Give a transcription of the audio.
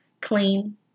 Clean